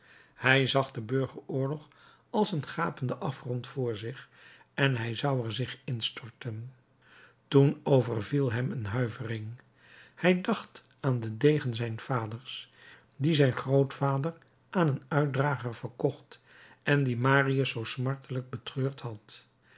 hij zag den burgeroorlog als een gapenden afgrond voor zich en hij zou er zich instorten toen overviel hem een huivering hij dacht aan den degen zijns vaders dien zijn grootvader aan een uitdrager verkocht en dien marius zoo smartelijk betreurd had